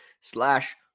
slash